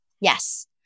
Yes